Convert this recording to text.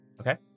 Okay